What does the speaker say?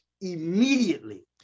immediately